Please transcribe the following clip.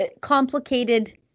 complicated